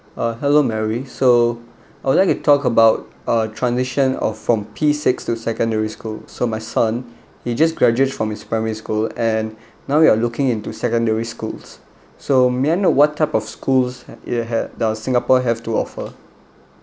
uh hello mary so I'd like to talk about a transition of from P six to secondary school so my son he just graduate from his primary school and now we're looking into secondary schools so may I know what type of schools had it had does singapore have to offer